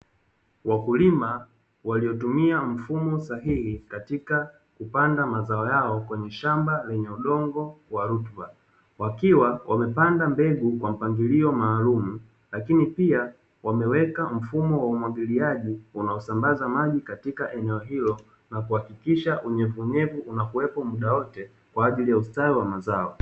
Wakulima waliotumia mfumo sahihi katika kupanda mazao yao kwenye shamba lenye udongo wa rutuba, wakiwa wamepanda mbegu kwa mpangilio maalumu; lakini pia wameweka mfumo wa umwagiliaji unaosambaza maji katika eneo hilo, na kuhakikisha unyevunyevu unakuwepo muda wote kwa ajili ya ustawi wa mazao.